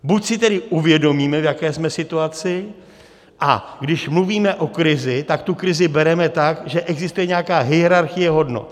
Buď si tedy uvědomíme, v jaké jsme situaci, a když mluvíme o krizi, tak tu krizi bereme tak, že existuje nějaká hierarchie hodnot.